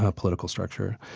ah political structure,